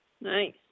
Nice